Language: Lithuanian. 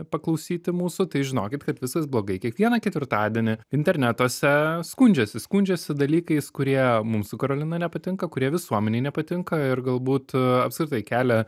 paklausyti mūsų tai žinokit kad viskas blogai kiekvieną ketvirtadienį internetuose skundžiasi skundžiasi dalykais kurie mum su karolina nepatinka kurie visuomenei nepatinka ir galbūt apskritai kelia